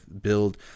build